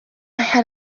had